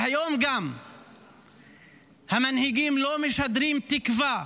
והיום המנהיגים לא משדרים תקווה